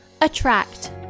attract